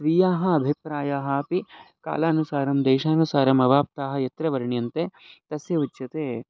स्वीयाः अभिप्रायाः अपि कालानुसारं देशानुसारम् अवाप्ताः यत्र वर्ण्यन्ते तस्य उच्यते